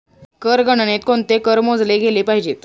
कर गणनेत कोणते कर मोजले गेले पाहिजेत?